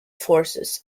forces